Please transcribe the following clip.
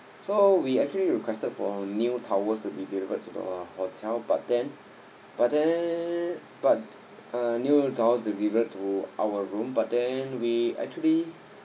so we actually requested for new towels to be delivered to the hotel but then but then but uh new towels to be delivered to our room but then we actually